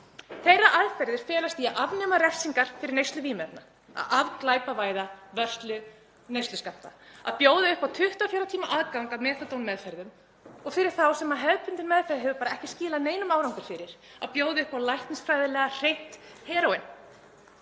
Þeirra aðferðir felast í að afnema refsingar fyrir neyslu vímuefna, að afglæpavæða vörslu neysluskammta, að bjóða upp á 24 tíma aðgang að Methadone-meðferðum og, fyrir þá sem hefðbundin meðferð hefur ekki skilað neinum árangri, að bjóða upp á læknisfræðilega hreint heróín.